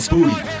Booty